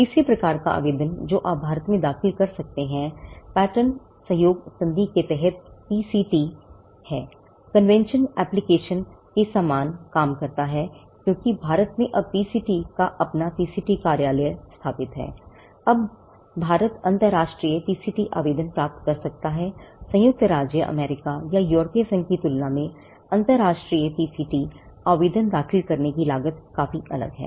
तीसरे प्रकार का आवेदन जो आप भारत में दाखिल कर सकते हैं पैटर्न सहयोग संधि के तहत पीसीटी आवेदन दाखिल करने की लागत काफी अलग है